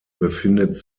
befindet